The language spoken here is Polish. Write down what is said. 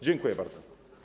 Dziękuję bardzo.